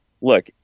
Look